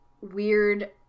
weird